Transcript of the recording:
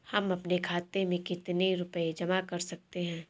हम अपने खाते में कितनी रूपए जमा कर सकते हैं?